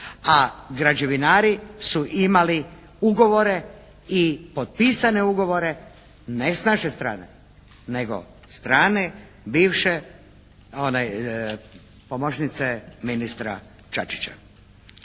a građevinari su imali ugovore i potpisane ugovore? Ne s naše strane, nego strane bivše pomoćnice ministra Čačića.